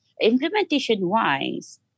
implementation-wise